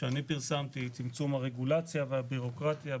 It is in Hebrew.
שאני פרסמתי צמצום הרגולציה והבירוקרטיה,